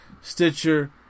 Stitcher